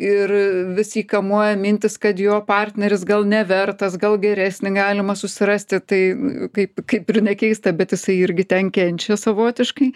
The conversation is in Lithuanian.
ir vis jį kamuoja mintys kad jo partneris gal nevertas gal geresnį galima susirasti tai kaip kaip ir nekeista bet jisai irgi ten kenčia savotiškai